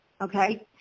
okay